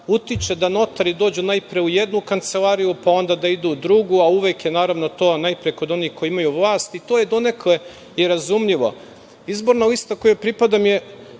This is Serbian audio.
utiče da notari dođu najpre u jednu kancelariju pa onda da idu u drugu, a uvek je naravno to najpre kod onih koji imaju vlast i to je donekle i razumljivo. Izborna lista kojoj pripadam je